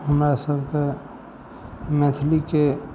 हमरासबके मैथिलीके